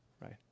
right